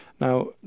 Now